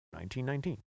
1919